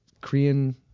Korean